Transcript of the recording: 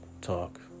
talk